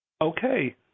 Okay